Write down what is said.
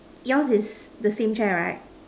yours is the same chair right